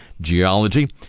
Geology